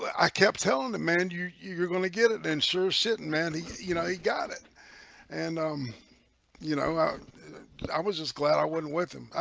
i kept telling the man, and you you're gonna get it then sure shitting man. he you know he got it and um you know i was just glad i wasn't with him.